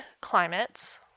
climates